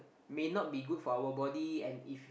may not be good for our body and if